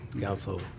Council